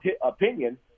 opinion